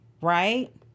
right